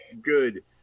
Good